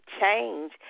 change